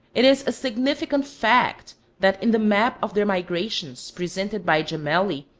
it is a significant fact that in the map of their migrations, presented by gemelli,